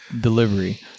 delivery